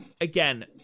Again